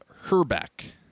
Herbeck